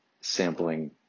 sampling